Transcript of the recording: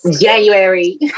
January